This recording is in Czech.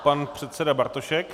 Pan předseda Bartošek.